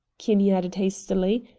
kinney added hastily,